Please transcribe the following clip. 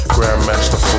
Grandmaster